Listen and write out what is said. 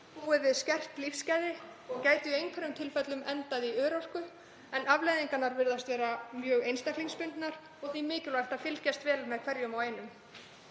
við skert lífsgæði og gætu í einhverjum tilfellum endað í örorku, en afleiðingarnar virðast vera mjög einstaklingsbundnar og því mikilvægt að fylgjast vel með hverjum og einum.